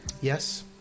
Yes